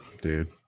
dude